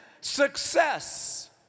success